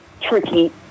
tricky